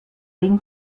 een